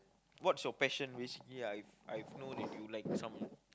what's your passion basically I I I've know that you like some